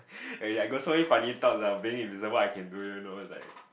eh I got so many funny thoughts ah being invisible I can do it you know like